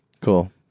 Cool